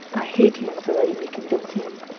i hate him for letting me convince him!